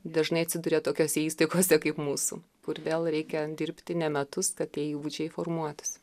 dažnai atsiduria tokiose įstaigose kaip mūsų kur vėl reikia dirbti ne metus kad tie įgūdžiai formuotųsi